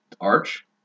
Arch